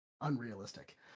unrealistic